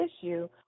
issue